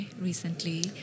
recently